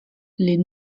les